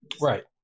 Right